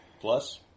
Plus